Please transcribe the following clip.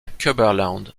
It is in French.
cumberland